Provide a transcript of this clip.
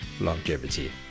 longevity